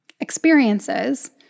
experiences